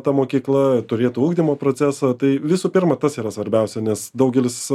ta mokykla turėtų ugdymo procesą tai visų pirma tas yra svarbiausia nes daugelis